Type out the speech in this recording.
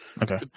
Okay